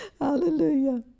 Hallelujah